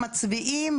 מצביעים,